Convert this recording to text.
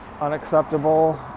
unacceptable